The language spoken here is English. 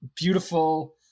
beautiful